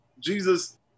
Jesus